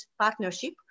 partnership